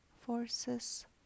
forces